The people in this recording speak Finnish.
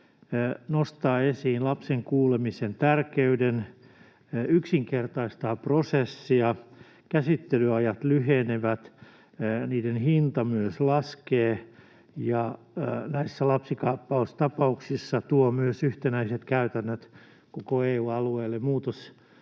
nostaa esiin lapsen kuulemisen tärkeyden ja yksinkertaistaa prosessia, käsittelyajat lyhenevät ja niiden hinta myös laskee, ja näissä lapsikaappaustapauksissa tämä tuo myös yhtenäiset käytännöt koko EU-alueelle.